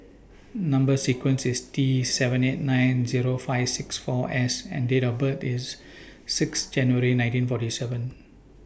Number sequence IS T seven eight nine Zero five six four S and Date of birth IS six January nineteen forty seven